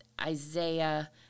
Isaiah